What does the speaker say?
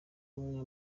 bamwe